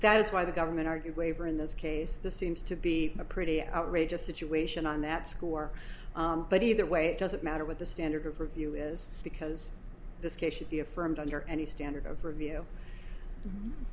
that is why the government argued waiver in this case the seems to be a pretty outrageous situation on that score but either way it doesn't matter what the standard of review is because this case should be affirmed under any standard of review